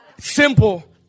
Simple